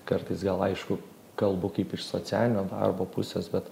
kartais gal aišku kalbu kaip iš socialinio darbo pusės bet